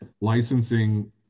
licensing